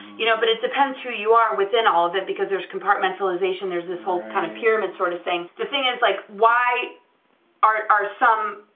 you know but it depends who you are within all of it, because there's compartmentalization, there's this whole kind of pyramid sort of thing. the thing is like why are are some